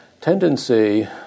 tendency